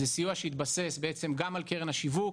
זה סיוע שיתבסס בעצם גם על קרן השיווק,